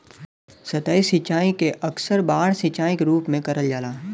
सतही सिंचाई के अक्सर बाढ़ सिंचाई के रूप में करल जाला